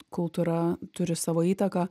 kultūra turi savo įtaką